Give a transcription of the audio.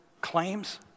claims